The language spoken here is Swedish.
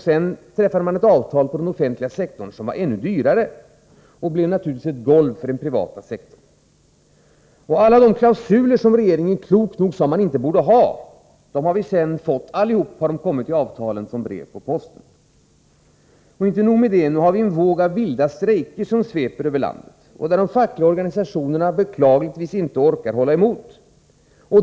Sedan träffade man ett avtal på den offentliga sektorn som var ännu dyrare och som naturligtvis blev ett golv för den privata sektorn. Alla de klausuler som regeringen klokt nog sade att man inte borde ha—de har sedan kommit i avtalen som brev på posten. Och inte nog med det. Nu är det en våg av vilda strejker som sveper över landet, och de fackliga organisationerna orkar beklagligtvis inte hålla emot.